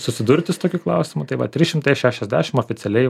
susidurti su tokiu klausimu tai va trys šimtai šešiasdešim oficialiai